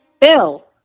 Bill